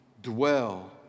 Dwell